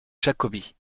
jacobi